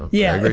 yeah,